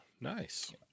nice